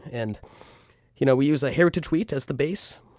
and you know we use heritage wheat as the base,